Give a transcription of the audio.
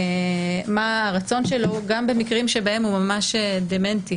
מה הרצון שלו, גם במקרים שבהם הוא ממש דמנטי.